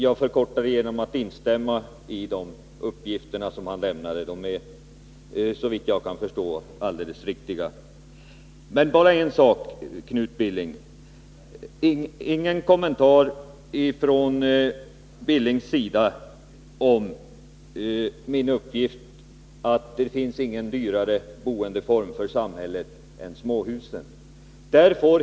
Jag instämmer därför bara i dessa uppgifter, som — såvitt jag kan förstå — är alldeles riktiga. Jag vill bara säga en sak: Knut Billing gjorde inga kommentarer till mitt tal om att det inte finns någon dyrare boendeform för samhället än småhusboendet.